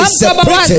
separated